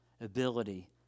ability